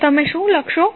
તો તમે શું લખશો